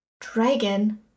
Dragon